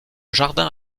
jardin